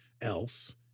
else